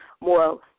more